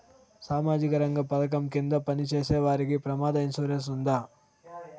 సామాజిక రంగ పథకం కింద పని చేసేవారికి ప్రమాద ఇన్సూరెన్సు ఉందా?